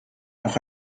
auch